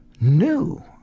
new